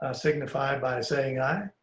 ah signified by saying aye?